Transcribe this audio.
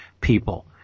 people